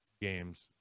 games